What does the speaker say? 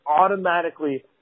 automatically